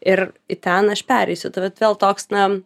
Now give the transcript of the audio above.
ir į ten aš pereisiu tai vat vėl toks na